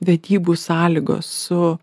vedybų sąlygos su